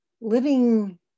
living